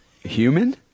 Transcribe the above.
Human